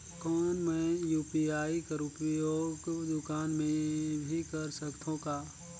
कौन मै यू.पी.आई कर उपयोग दुकान मे भी कर सकथव का?